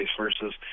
versus